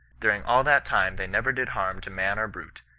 during all that time, they never did harm to man or brute.